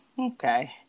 Okay